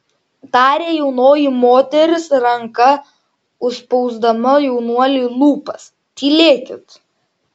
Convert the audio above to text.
tarė jaunoji moteris ranka užspausdama jaunuoliui lūpas tylėkit